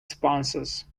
sponsors